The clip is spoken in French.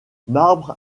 marbre